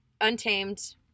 Untamed